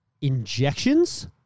injections